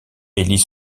élit